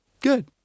good